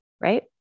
right